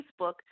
Facebook